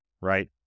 right